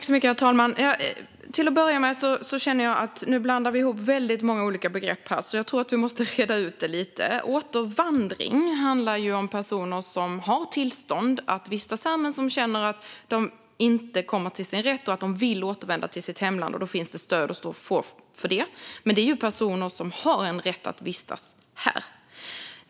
Herr ålderspresident! Nu blandas många olika begrepp ihop. Jag tror att vi måste reda ut det lite. Återvandring handlar om personer som har tillstånd att vistas här men som känner att de inte kommer till sin rätt och därför vill återvända till sitt hemland. Det finns stöd att få för det. Men det gäller personer som har rätt att vistas här.